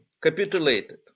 capitulated